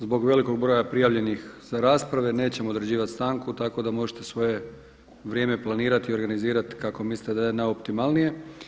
Zbog velikog broja prijavljenih za rasprave nećemo određivati stanku tako da možete svoje vrijeme planirati i organizirati kako mislite da je najoptimalnije.